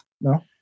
no